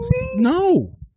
no